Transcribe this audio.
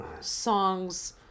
songs